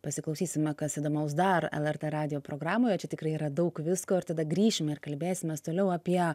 pasiklausysime kas įdomaus dar lrt radijo programoje čia tikrai yra daug visko ir tada grįšim ir kalbėsimės toliau apie